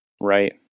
right